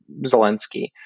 Zelensky